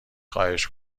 خواهش